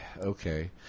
okay